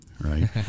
right